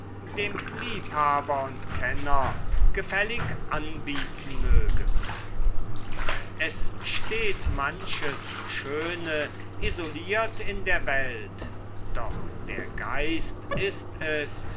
dem liebhaber und kenner gefällig anbieten möge es steht manches schöne isoliert in der welt doch der geist ist es